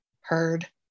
heard